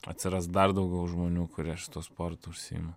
atsiras dar daugiau žmonių kurie šituo sportu užsiima